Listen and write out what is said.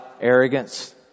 arrogance